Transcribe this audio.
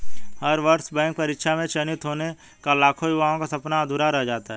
हर वर्ष बैंक परीक्षा में चयनित होने का लाखों युवाओं का सपना अधूरा रह जाता है